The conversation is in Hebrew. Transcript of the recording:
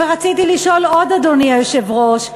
ורציתי לשאול עוד, אדוני היושב-ראש,